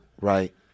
Right